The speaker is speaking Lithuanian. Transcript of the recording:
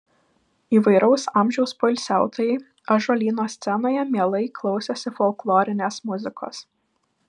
įvairaus amžiaus poilsiautojai ąžuolyno scenoje mielai klausėsi folklorinės muzikos